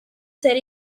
ser